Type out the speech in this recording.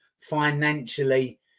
financially